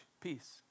peace